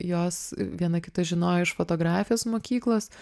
jos viena kitą žinojo iš fotografijos mokyklos